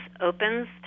opens